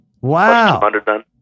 Wow